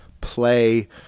Play